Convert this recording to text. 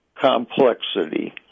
complexity